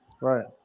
right